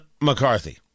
McCarthy